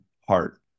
heart